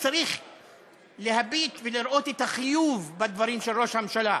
צריך להביט ולראות את החיוב בדברים של ראש הממשלה.